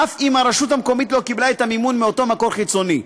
אף אם הרשות המקומית לא קיבלה את המימון מאותו מקור חיצוני.